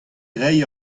reiñ